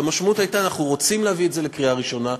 המשמעות הייתה שאנחנו רוצים להביא את זה לקריאה ראשונה,